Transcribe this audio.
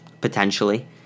potentially